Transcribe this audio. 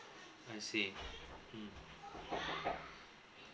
I see mm